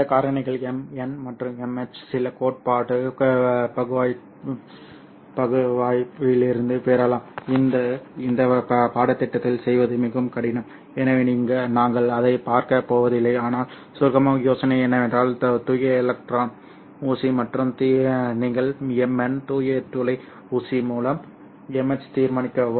இந்த காரணிகளை MN மற்றும் MH சில கோட்பாட்டு பகுப்பாய்விலிருந்து பெறலாம் இது இந்த பாடத்திட்டத்தில் செய்வது மிகவும் கடினம் எனவே நாங்கள் அதைப் பார்க்கப் போவதில்லை ஆனால் சுருக்கமாக யோசனை என்னவென்றால் தூய எலக்ட்ரான் ஊசி மற்றும் நீங்கள் MN தூய துளை ஊசி மூலம் MH ஐ தீர்மானிக்கவும்